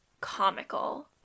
comical